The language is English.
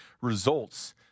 results